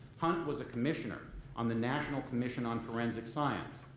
hunt was a commissioner on the national commission on forensic science.